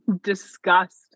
disgust